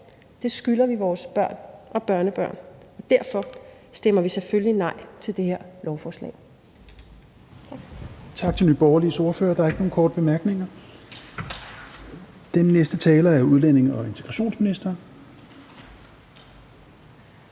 Det skylder vi vores børn og børnebørn. Derfor stemmer vi selvfølgelig nej til det her lovforslag.